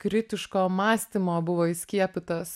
kritiško mąstymo buvo įskiepytas